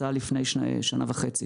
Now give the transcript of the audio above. יצאה ביוגרפיה לפני שנה וחצי.